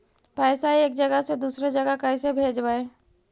पैसा एक जगह से दुसरे जगह कैसे भेजवय?